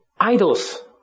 idols